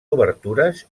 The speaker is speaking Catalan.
obertures